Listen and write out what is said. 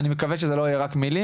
אני מקווה שזה לא יהיה רק מלים,